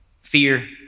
fear